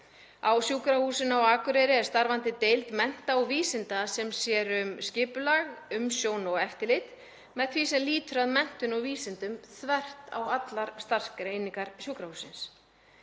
Á Sjúkrahúsinu á Akureyri er starfandi deild mennta og vísinda sem sér um skipulag, umsjón og eftirlit með því sem lýtur að menntun og vísindum þvert á allar starfseiningar sjúkrahússins.